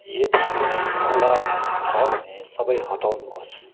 यदि कुनै अलार्म छ भने सबै हटाउनुहोस्